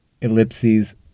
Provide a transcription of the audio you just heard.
Ellipses